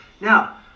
Now